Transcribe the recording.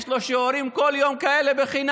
יש לו כל יום שיעורים כאלה חינם.